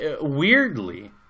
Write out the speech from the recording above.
weirdly